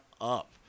up